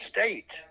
State